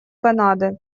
канады